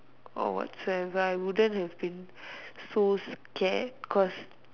or watch whatever I wouldn't have been so scared cause